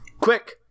Quick